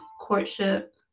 courtship